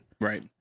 Right